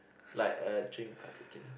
like a trim particular